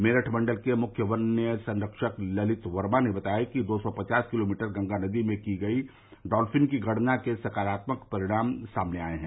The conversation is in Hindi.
मेरठ मण्डल के मुख्य वन्य संरक्षक ललित वर्मा ने बताया कि दो सौ पचास किलोमीटर गंगा नदी में की गयी डॉल्फिन की गणना के सकारात्मक परिणाम सामने आये हैं